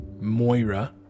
Moira